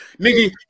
Nigga